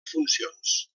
funcions